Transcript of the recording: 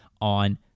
on